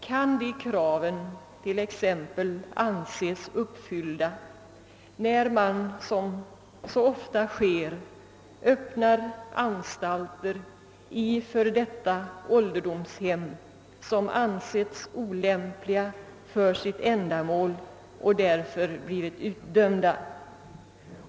Kan dessa krav t.ex. anses uppfyllda när man, som så ofta sker, öppnar anstalter i f.d. ålderdomshem, vilka ansetts olämpliga för sitt ändamål och därför blivit utdömda?